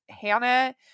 hannah